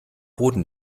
boden